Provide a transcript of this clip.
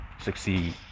succeed